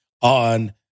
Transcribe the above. on